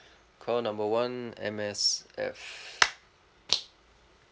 call number one M_S_F